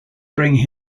bring